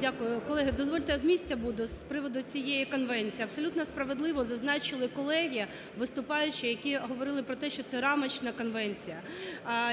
Дякую. Колеги, дозвольте, я з місця буду. З приводу цієї конвенції. Абсолютно справедливо зазначили колеги-виступаючі, які говорили про те, що це рамочна конвенція,